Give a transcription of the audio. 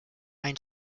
ein